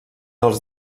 els